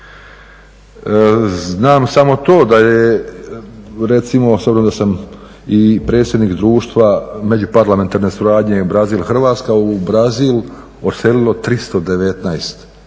Znam samo to da je recimo s obzirom da sam i predsjednik Društva međuparlamentarne suradnje Brazil-Hrvatska u Brazil odselilo 319